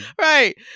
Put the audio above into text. Right